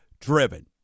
driven